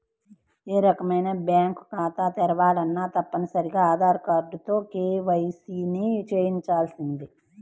ఏ రకమైన బ్యేంకు ఖాతా తెరవాలన్నా తప్పనిసరిగా ఆధార్ కార్డుతో కేవైసీని చెయ్యించాల్సిందే